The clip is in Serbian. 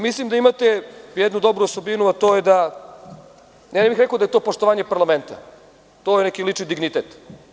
Mislim da imate jednu dobru osobinu, a to je, ne bih rekao da je to poštovanje parlamenta, to je neki lični dignitet.